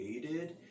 created